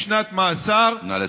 עד עשר דקות, אדוני.